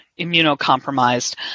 immunocompromised